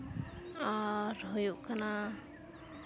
ᱟᱨ ᱦᱩᱭᱩᱜ ᱠᱟᱱᱟ